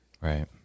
Right